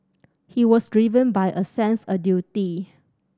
he was driven by a sense a duty